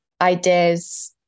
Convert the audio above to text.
ideas